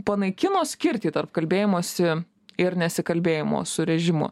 panaikino skirtį tarp kalbėjimosi ir nesikalbėjimo su režimu